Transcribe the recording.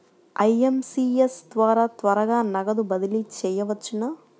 IMPS ద్వారా త్వరగా నగదు బదిలీ చేయవచ్చునా?